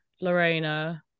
Lorena